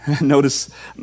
Notice